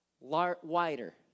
wider